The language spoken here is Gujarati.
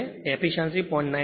તેથી તે એફીશ્યંસી 0